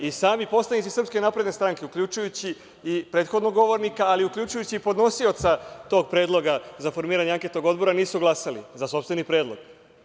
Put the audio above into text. I sami poslanici SNS, uključujući i prethodnog govornika, ali uključujući i podnosioca tog predloga za formiranje anketnog odbora nisu glasali za sopstveni predlog.